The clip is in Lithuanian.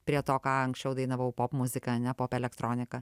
prie to ką anksčiau dainavau popmuzika ane pop elektronika